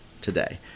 today